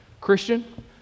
Christian